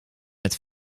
met